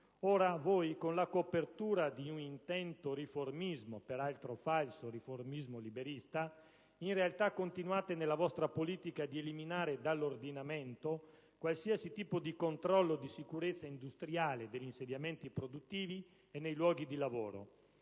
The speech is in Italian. Ora voi, con la copertura di un intento riformista (peraltro falso riformismo liberista), in realtà continuate nella vostra politica di eliminare dall'ordinamento qualsiasi tipo di controllo di sicurezza industriale degli insediamenti produttivi e nei luoghi di lavoro.